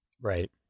right